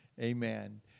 Amen